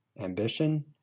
ambition